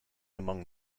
among